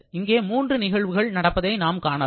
இங்கே 3 நிகழ்வுகள் நடப்பதை நாம் காணலாம்